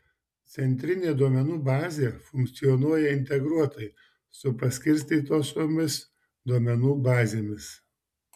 centrinė duomenų bazė funkcionuoja integruotai su paskirstytosiomis duomenų bazėmis